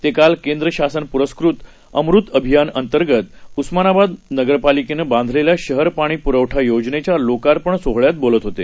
ते काल केंद्रशासन पुरस्कृत अमृत अभियान अंतर्गत उस्मानाबाद नगरपालिकेनं बांधलेल्या शहर पाणी पुरवठा योजनेच्या लोकार्पण सोहळयात बोलत होते